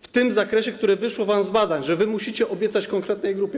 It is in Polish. w tym zakresie, w którym wyszło wam z badań, że musicie obiecać konkretnej grupie.